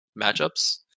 matchups